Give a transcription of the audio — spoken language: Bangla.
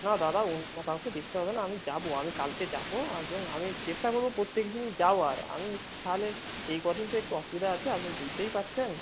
না দাদা অন্য কাউকে দেখতে হবে না আমি যাবো আমি কালকে যাবো এবং আমি চেষ্টা করবো প্রত্যেকদিনই যাওয়ার আমি তাহলে এই কদিন তো একটু অসুবিধা আছে আপনি বুঝতেই পারছেন